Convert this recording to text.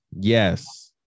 yes